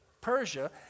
Persia